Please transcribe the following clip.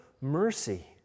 mercy